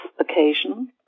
occasion